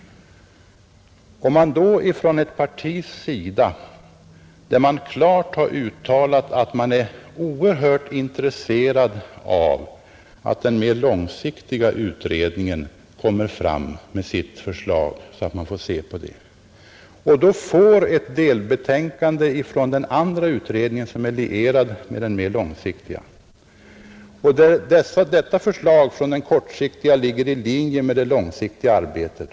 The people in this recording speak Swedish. Ett parti, som klart uttalat sitt stora intresse för att den mer långsiktiga utredningen lägger fram sitt förslag så att man får studera det, röstar emot ett förslag i ett delbetänkande från den så att säga kortsiktiga 59 utredningen, trots att detta förslag ligger i linje med det långsiktiga arbetet.